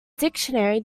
dictionary